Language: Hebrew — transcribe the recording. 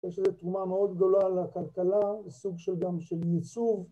‫יש איזו תרומה מאוד גדולה ‫על הכלכלה, סוג גם של ייצוב.